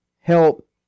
help